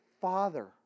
Father